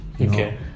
okay